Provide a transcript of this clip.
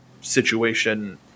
situation